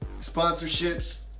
Sponsorships